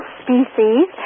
species